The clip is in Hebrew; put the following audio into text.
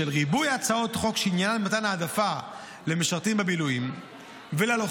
בשל ריבוי הצעות חוק שעניינן מתן העדפה למשרתים במילואים וללוחמים,